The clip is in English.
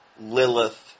Lilith